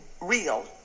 real